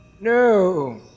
No